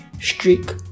streak